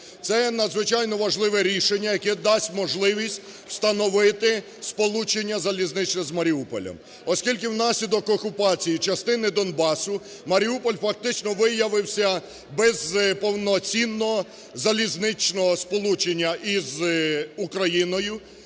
Це є надзвичайно важливе рішення, яке дасть можливість встановити сполучення залізничне з Маріуполем, оскільки внаслідок окупації частини Донбасу, Маріуполь фактично виявився без повноцінного залізничного сполучення із Україною